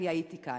אני הייתי כאן.